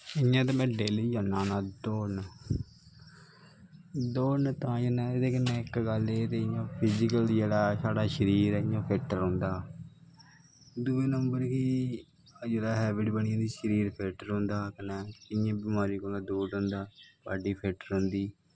इयां ते में डेल्ली जन्नै होना दौड़न तां जन्ना एह्दे कन्नै इक्क गल्ल एह् ते फिजिकली साढ़ा शरीर फिट्ट रौंह्दा दुआ नंबर हैब्बिट बनी जंदी कन्नै शरीर फिट्ट रौंह्दा इयां बमारियें कोला दा दूर रौंह्दा बॉड्डी फिट्ट रौंह्दी